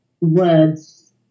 words